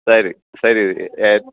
ಸರಿ ಸರಿ ರಿ ಆಯ್ತ್